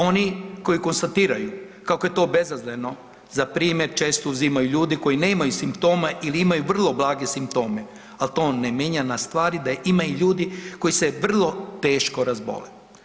Oni koji konstatiraju kako je to bezazleno za primjer često uzimaju ljude koji nemaju simptome ili imaju vrlo blage simptome, ali to ne mijenja na stvari da ima i ljudi koji se vrlo teško razbole.